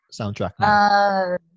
soundtrack